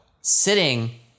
sitting